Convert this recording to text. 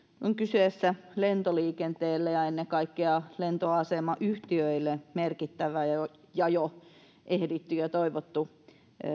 on kyseessä lentoliikenteelle ja ennen kaikkea lentoasemayhtiöille merkittävä ja jo toivottu